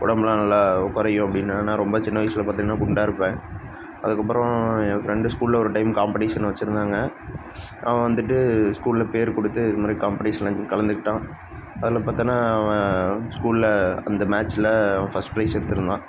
உடம்பெல்லாம் நல்லா குறையும் அப்படின்னு நான் ரொம்ப சின்ன வயசில் பார்த்திங்கன்னா குண்டாக இருப்பேன் அதுக்கப்புறம் என் ஃப்ரெண்டு ஸ்கூலில் ஒரு டைம் காம்பட்டிசன் வச்சுருந்தாங்க அவன் வந்துட்டு ஸ்கூலில் பேர் கொடுத்து இது மாதிரி காம்பட்டிசனில் வந்து கலந்துக்கிட்டான் அதில் பார்த்தோன்னா அவன் ஸ்கூலில் அந்த மேட்ச்சில் அவன் ஃபஸ்ட் ப்ரைஸ் எடுத்திருந்தான்